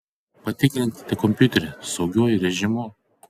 patikrinkite kompiuterį saugiuoju režimu